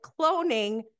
cloning